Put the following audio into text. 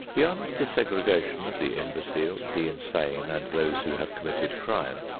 beyond the segregation of the imbecile, the insane and those who have committed crime,